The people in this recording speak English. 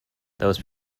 those